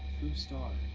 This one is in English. star.